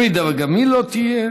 אם גם היא לא תהיה,